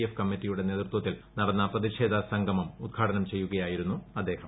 F കമ്മിറ്റിയുടെ നേതൃത്വത്തിൽ നടന്ന പ്രതിഷേധ സംഗമം ഉദ്ഘാടനം ചെയ്യുകയായിരുന്നു അദ്ദേഹം